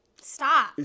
stop